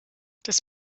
das